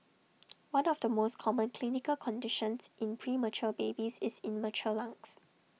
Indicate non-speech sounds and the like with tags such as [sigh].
[noise] one of the most common clinical conditions in premature babies is immature lungs